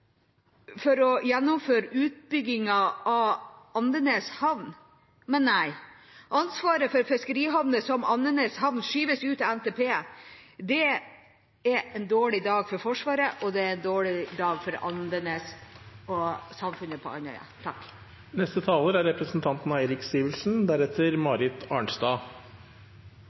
for å gjennomføre utbyggingen av Andenes havn, men nei, ansvaret for fiskerihavner som Andenes havn skyves ut av NTP. Det er en dårlig dag for Forsvaret, og det er en dårlig dag for Andenes og samfunnet på Andøya.